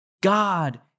God